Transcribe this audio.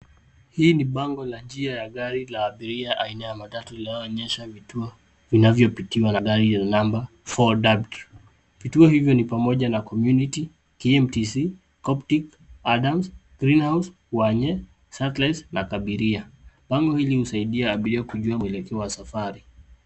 Hii ni bango ya njia ya gari la abiria aina ya matatu linaloonyesha vituo vinavyopitiwa na gari yenye number 4 , vituo hivyo ni pamoja na community mtc koptic adams greenhouse wanye sacklice na kadiria, bango hili husaidia abiria mwelekeo wa safari.